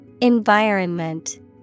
Environment